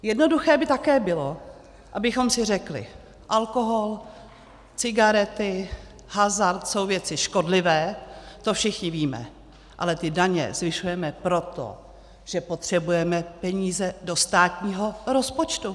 Jednoduché by také bylo, abychom si řekli: alkohol, cigarety, hazard jsou věci škodlivé, to všichni víme, ale ty daně zvyšujeme proto, že potřebujeme peníze do státního rozpočtu.